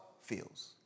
feels